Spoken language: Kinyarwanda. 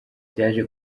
byaje